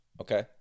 Okay